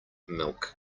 milk